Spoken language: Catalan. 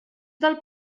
del